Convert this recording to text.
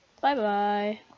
bye-bye